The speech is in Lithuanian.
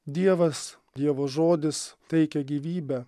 dievas dievo žodis teikia gyvybę